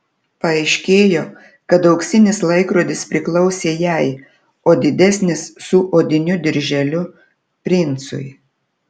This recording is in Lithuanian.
paaiškėjo kad auksinis laikrodis priklausė jai o didesnis su odiniu dirželiu princui